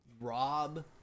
rob